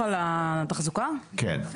ליוויתי שבעה מנכ"לים שהתחלפו, לא אחד,